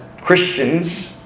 Christians